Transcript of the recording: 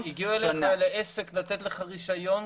הגיעו לעסק לתת לו רישיון.